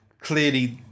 clearly